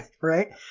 right